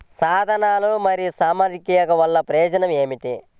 సాధనాలు మరియు సామగ్రి వల్లన ప్రయోజనం ఏమిటీ?